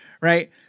right